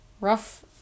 rough